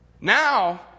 now